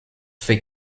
fait